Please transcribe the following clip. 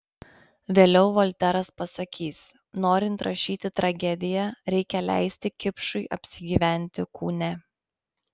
vėliau volteras pasakys norint rašyti tragediją reikia leisti kipšui apsigyventi kūne